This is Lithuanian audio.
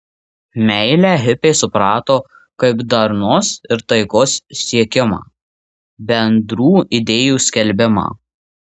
meilę hipiai suprato kaip darnos ir taikos siekimą bendrų idėjų skelbimą